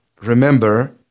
remember